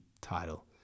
title